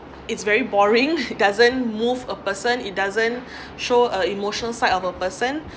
it's very boring it doesn't move a person it doesn't show uh emotional side of a person